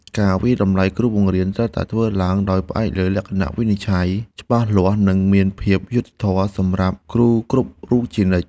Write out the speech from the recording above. ការវាយតម្លៃគ្រូបង្រៀនត្រូវតែធ្វើឡើងដោយផ្អែកលើលក្ខណៈវិនិច្ឆ័យច្បាស់លាស់និងមានភាពយុត្តិធម៌សម្រាប់គ្រូគ្រប់រូបជានិច្ច។